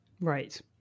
right